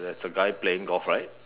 there's a guy playing golf right